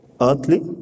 Earthly